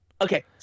okay